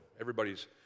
everybody's